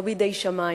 לא בידי שמים.